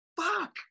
Fuck